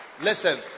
listen